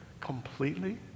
completely